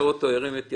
מי נגד ?